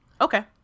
Okay